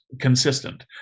consistent